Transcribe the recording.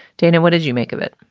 dana, what did you make of it?